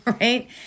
Right